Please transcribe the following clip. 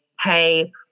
hey